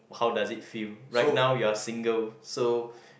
how does it feel right now you're single so